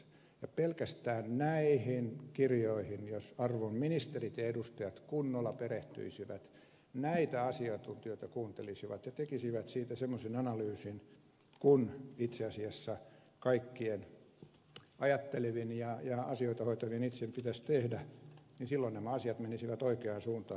jos arvon ministerit ja edustajat jo pelkästään näihin kirjoihin kunnolla perehtyisivät näitä asiantuntijoita kuuntelisivat ja tekisivät siitä semmoisen analyysin kuin itse asiassa kaikkien ajattelevien ja asioita hoitavien itse pitäisi tehdä silloin nämä asiat menisivät oikeaan suuntaan